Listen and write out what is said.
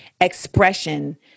expression